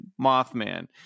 mothman